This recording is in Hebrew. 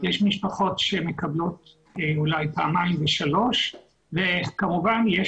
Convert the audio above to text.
יש משפחות שמקבלות אולי פעמיים ושלוש וכמובן יש